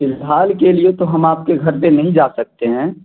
فی الحال کے لیے تو ہم آپ کے گھر پہ نہیں جا سکتے ہیں